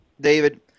David